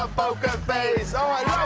ah poker face.